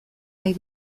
nahi